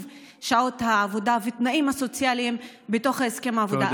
שעות העבודה והתנאים הסוציאליים בתוך הסכם העבודה.